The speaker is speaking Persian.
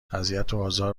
اذیتوآزار